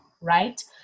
right